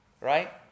right